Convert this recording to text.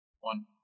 one